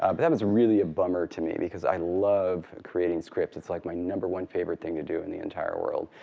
um but that was really a bummer to me because i love creating script. it's like my number one favorite thing to do in the entire world.